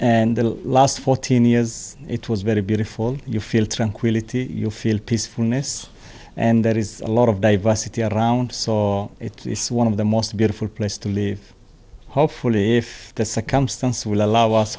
the last fourteen years it was very beautiful you feel tranquility you feel peacefulness and there is a lot of diversity around saw it's one of the most beautiful place to live hopefully if the succumb stance will allow us